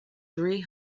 three